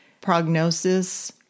prognosis